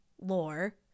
lore